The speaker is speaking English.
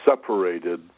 separated